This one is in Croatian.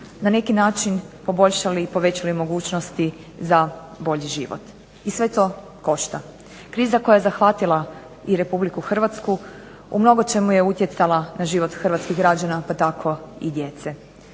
na neki način poboljšali i povećali mogućnosti za bolji život. I sve to košta. Kriza koja je zahvatila i Republiku Hrvatsku u mnogočemu je utjecala na život Hrvatskih građana pa tako i djece.